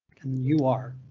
you are,